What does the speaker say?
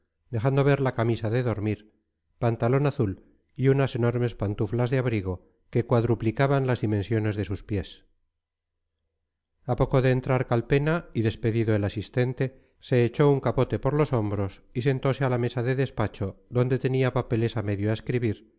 dejando ver la camisa de dormir pantalón azul y unas enormes pantuflas de abrigo que cuadruplicaban las dimensiones de sus pies a poco de entrar calpena y despedido el asistente se echó un capote por los hombros y sentose a la mesa de despacho donde tenía papeles a medio escribir